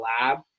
lab